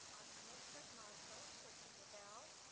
our commencement marshal christopher bell.